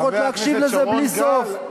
יכולת להקשיב לזה בלי סוף.